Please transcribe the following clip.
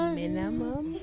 minimum